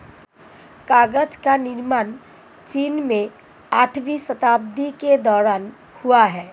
कागज का निर्माण चीन में आठवीं शताब्दी के दौरान हुआ था